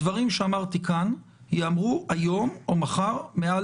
הדברים שאמרתי כאן ייאמרו היום או מחר מעל